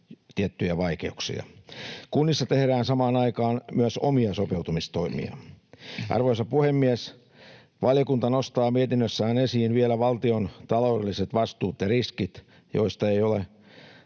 Arvoisa puhemies! Valiokunta nostaa mietinnössään esiin vielä valtion taloudelliset vastuut ja riskit, joista ei ole